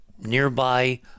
nearby